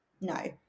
no